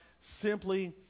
simply